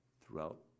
throughout